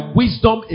wisdom